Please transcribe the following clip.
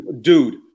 Dude